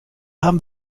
haben